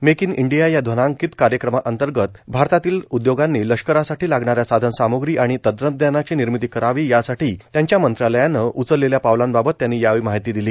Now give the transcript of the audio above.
make in India या ध्वनांकित कार्यक्रमाअंतर्गत भारतातील उद्योगांनी लष्करासाठी लागणाऱ्या साधनसामुग्री आणि तंत्रज्ञानाची निर्मिती करावी यासाठी त्यांच्या मंत्रालयानं उचललेल्या पावलांबाबत त्यांनी यावेळी माहिती दिली